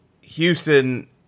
Houston